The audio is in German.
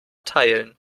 teilen